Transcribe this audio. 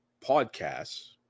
podcasts